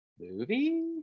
movie